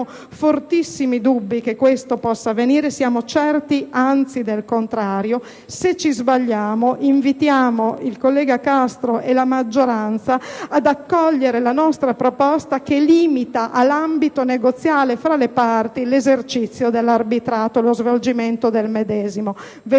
fortissimi dubbi che questo possa avvenire; siamo certi, anzi, del contrario. Se ci sbagliamo invitiamo il collega Castro e la maggioranza ad accogliere la nostra proposta che limita all'ambito negoziale fra le parti l'esercizio dell'arbitrato e lo svolgimento del medesimo. Vedremo,